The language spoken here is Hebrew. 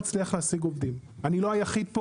אני לא היחיד,